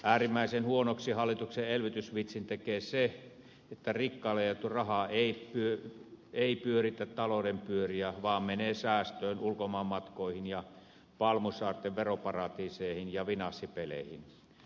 äärimmäisen huonoksi hallituksen elvytysvitsin tekee se että rikkaille jaettu raha ei pyöritä talouden pyöriä vaan menee säästöön ulkomaanmatkoihin ja palmusaarten veroparatiiseihin ja finanssipeleihin